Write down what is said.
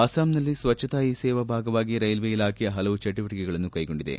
ಅಸ್ಲಾಂನಲ್ಲಿ ಸ್ವಚ್ಛತಾ ಹೀ ಸೇವಾ ಭಾಗವಾಗಿ ರೈಲ್ವೆ ಇಲಾಖೆ ಹಲವು ಚಟುವಟಿಕೆಗಳನ್ನು ಕೈಗೊಂಡಿದೆ